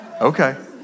Okay